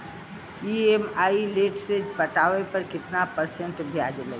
EMI late से पटावे पर कितना परसेंट ब्याज लगी?